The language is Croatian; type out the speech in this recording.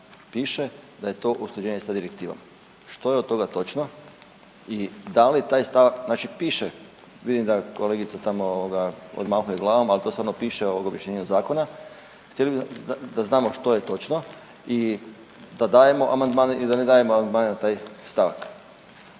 piše da je to usklađenje sa direktivom. Što je od toga točno i da li taj stavak, znači piše, vidim da kolegica tamo odmahuje glavom, ali to stvarno piše u objašnjenju zakona. Htjeli bi da znamo što je točno i da dajemo amandmane ili da